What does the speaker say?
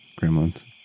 gremlins